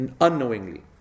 unknowingly